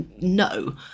no